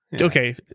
Okay